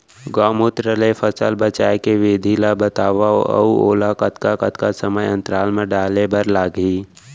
गौमूत्र ले फसल बचाए के विधि ला बतावव अऊ ओला कतका कतका समय अंतराल मा डाले बर लागही?